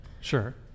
Sure